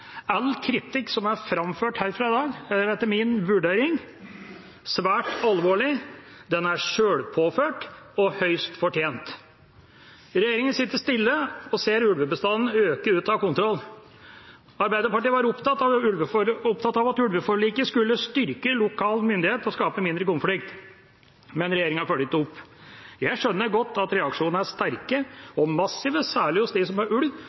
All kritikk som er framført herfra i dag, er – etter min vurdering – svært alvorlig. Den er sjølpåført og høyst fortjent. Regjeringa sitter stille og ser ulvebestanden øke ut av kontroll. Arbeiderpartiet var opptatt av at ulveforliket skulle styrke lokal myndighet og skape mindre konflikt, men regjeringa følger ikke opp. Jeg skjønner godt at reaksjonene er sterke og massive, særlig hos dem som har ulv